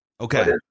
Okay